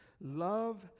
Love